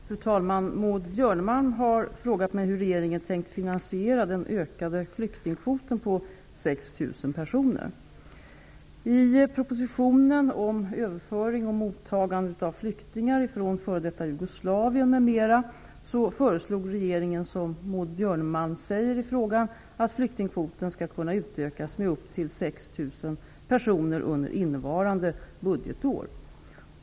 Fru talman! Maud Björnemalm har frågat mig hur regeringen tänkt finansiera den ökade flyktingkvoten på 6 000 personer. I propositionen om överföring och mottagande av flyktingar från f.d. Jugoslavien m.m. föreslog regeringen, som Maud Björnemalm säger i frågan, att flyktingkvoten skall kunna utökas med upp till 6 000 personer under innevarande budgetår.